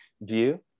view